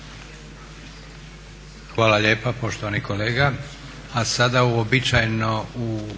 Hvala lijepa poštovani kolega.